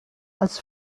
als